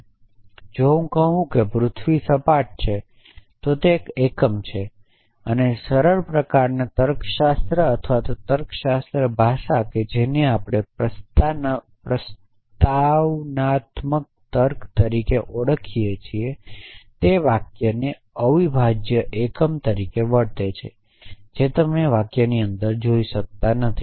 તેથી જો હું કહું છું કે પૃથ્વી સપાટ છે તો તે એક એકમ છે અને સરળ પ્રકારની તર્કશાસ્ત્ર અથવા તર્કશાસ્ત્ર ભાષા જેને આપણે પ્રોપ્રોજીશનલતર્ક તરીકે ઓળખીએ છીએ તે વાક્યને અવિભાજ્ય એકમ તરીકે વર્તે છે જે તમે વાક્યની અંદર જોઈ શકતા નથી